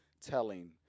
telling